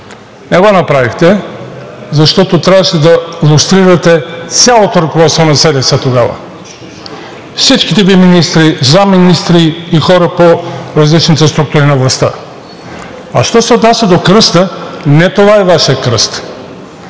не го направихте, защото трябваше да лустрирате цялото ръководство на СДС тогава, всичките Ви министри, заместник-министри и хора по различните структури на властта. А що се отнася до кръста, не това е Вашият кръст.